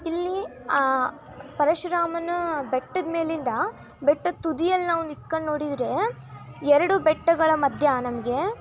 ಇಲ್ಲಿ ಪರಶುರಾಮನ ಬೆಟ್ಟದ ಮೇಲಿಂದ ಬೆಟ್ಟದ ತುದಿಯಲ್ಲಿ ನಾವು ನಿತ್ಕೊಂಡು ನೋಡಿದರೆ ಎರಡು ಬೆಟ್ಟಗಳ ಮಧ್ಯೆ ನಮಗೆ